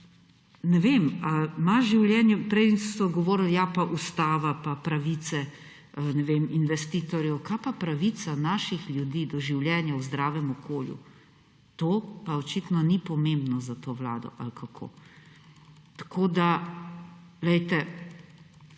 Ne vem, ali ima življenje, prej so govoril, ja, pa ustava, pa pravice, investitorjev … Kaj pa pravica naših ljudi do življenja v zdravem okolju? To pa očitno ni pomembno za to vlado – ali kako? Glejte,